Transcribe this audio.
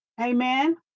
Amen